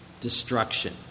destruction